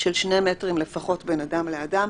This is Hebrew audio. של שני מטרים לפחות בין אדם לאדם,